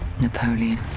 Napoleon